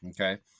Okay